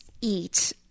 eat